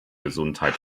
gesundheit